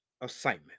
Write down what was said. assignment